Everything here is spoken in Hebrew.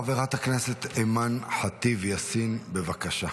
חברת הכנסת אימאן ח'טיב יאסין, בבקשה,